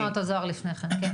בבקשה, בואו נשמע אותו זהר לפני כן.